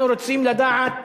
אנחנו רוצים לדעת